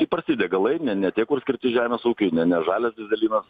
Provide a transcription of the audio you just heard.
įprasti degalai ne ne tie kur skirti žemės ūkiui ne ne žalias dyzelinas